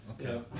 okay